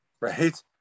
right